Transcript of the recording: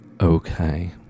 Okay